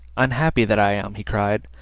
unhappy that i am, he cried,